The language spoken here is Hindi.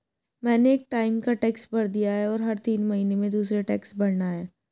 मैंने एक टाइम का टैक्स भर दिया है, और हर तीन महीने में दूसरे टैक्स भरना है